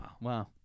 wow